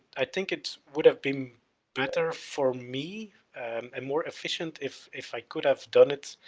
i think it would have been better for me and more efficient if, if i could have done it,